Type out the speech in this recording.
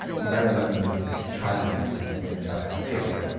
you got to let me try these things. and then if i fail,